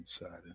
inside